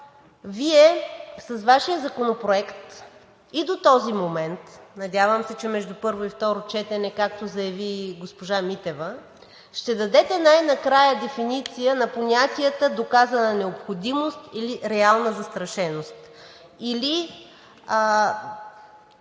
Вие с Вашия Законопроект и до този момент, надявам се, че между първо и второ четене, както заяви госпожа Митева, ще дадете най-накрая дефиниция на понятията „доказана необходимост“ или „реална застрашеност“, или